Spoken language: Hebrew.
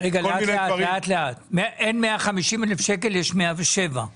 כל מיני דברים --- אין 150,000 ₪; יש 107,000 ₪.